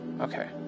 Okay